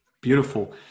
Beautiful